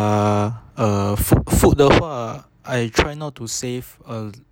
err food food 的话 I try not to save uh